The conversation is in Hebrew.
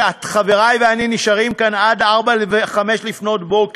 שחברי ואני נשארים כאן עד 04:00 05:00,